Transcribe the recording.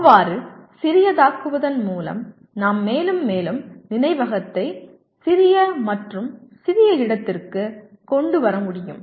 அவ்வாறு சிறியதாக்குவதன் மூலம் நாம் மேலும் மேலும் நினைவகத்தை சிறிய மற்றும் சிறிய இடத்திற்கு கொண்டு வரமுடியும்